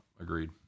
Agreed